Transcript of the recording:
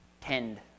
tend